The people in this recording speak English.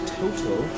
total